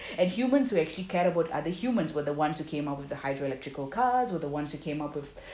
and humans who actually care about other humans were the ones who came up with the hydro electrical cars were the ones who came up with